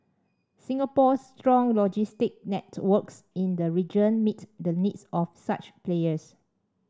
Singapore's strong logistics networks in the region meet the needs of such players